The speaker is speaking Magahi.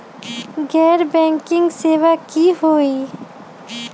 गैर बैंकिंग सेवा की होई?